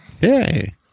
Hey